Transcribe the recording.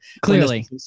Clearly